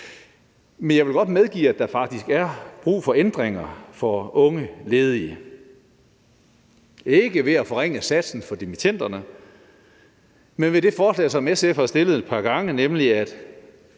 Men jeg vil godt medgive, at der faktisk er brug for ændringer for unge ledige – ikke ved at forringe satsen for dimittenderne, men med det forslag, som SF har stillet et par gange, nemlig at